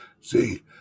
See